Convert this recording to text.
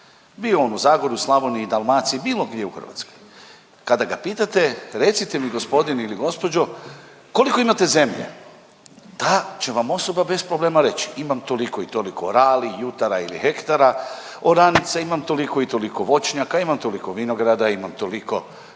bio on u Zagorju, Slavoniji, Dalmaciji bilo gdje u Hrvatskoj, kada ga pitate recite mi gospodine ili gospođo koliko imate zemlje, ta će vam osoba bez problema reći imam toliko i toliko rali, jutara ili hektara, oranica imam toliko i toliko voćnjaka imam toliko vinograda, imam toliko